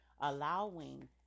allowing